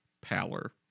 power